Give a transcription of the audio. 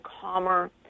calmer